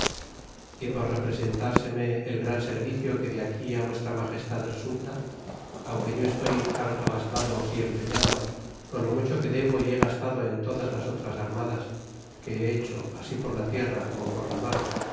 y por repre sentársetne el gran servicio que de aquí á vuestra ltlagestad re culta aunque yo estoy harto gastado y empeñado por lo mu cho que debo y he gatado en todas las otras armadas que he hecho así por la tierra como por la mar